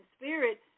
spirit